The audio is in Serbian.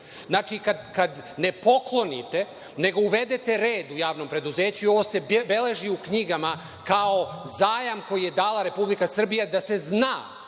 Kada ne poklonite, nego uvedete red u javno preduzeće i ovo se beleži u knjigama kao zajam koji je dala Republika Srbija da se zna